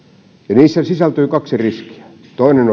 niihin sisältyy kaksi riskiä toinen